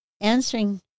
Answering